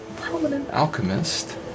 alchemist